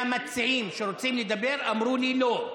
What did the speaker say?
מהמציעים שרוצים לדבר, אמרו לי לא.